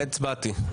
הצבעתי.